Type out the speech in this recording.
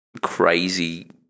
crazy